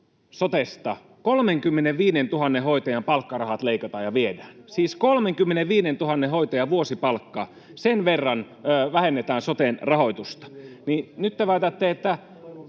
sotesta ja 35 000 hoitajan palkkarahat leikataan ja viedään — siis 35 000 hoitajan vuosipalkka, sen verran vähennetään soten rahoitusta — niin nyt te väitätte, että